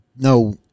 No